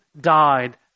died